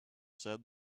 said